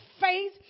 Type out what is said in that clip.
faith